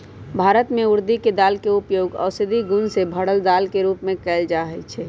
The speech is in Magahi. भारत में उर्दी के दाल के उपयोग औषधि गुण से भरल दाल के रूप में भी कएल जाई छई